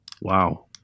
Wow